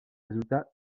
résultats